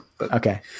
Okay